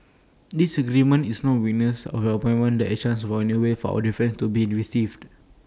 disagreement is not weakness and your appointment is A chance for A new way for our differences to be received